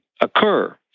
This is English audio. occur